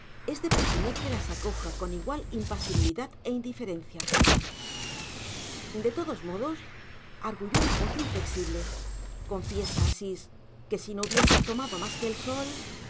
es de presumir que las acoja con igual impasibilidad e indiferencia de todos modos arguyó la voz inflexible confiesa asís que si no hubieses tomado más que sol